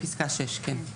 בפסקה (6), כן.